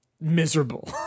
miserable